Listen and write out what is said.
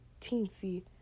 teensy